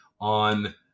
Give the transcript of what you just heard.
on